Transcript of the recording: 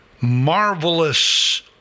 Marvelous